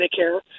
Medicare